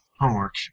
homework